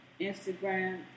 Instagram